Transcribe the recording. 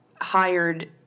hired